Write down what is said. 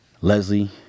Leslie